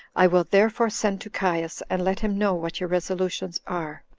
i will, therefore, send to caius, and let him know what your resolutions are,